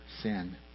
sin